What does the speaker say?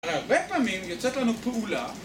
הרבה פעמים יוצאת לנו פעולה